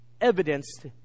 evidenced